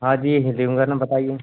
हाँ जी लूँगा ना बताइए